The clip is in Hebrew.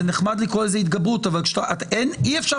זה נחמד לקרוא לזה התגברות אבל אי אפשר